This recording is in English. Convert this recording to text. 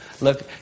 Look